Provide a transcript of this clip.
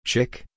Chick